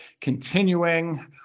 continuing